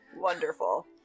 wonderful